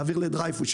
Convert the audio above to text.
להעביר לדרייפוס,